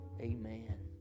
Amen